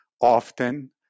often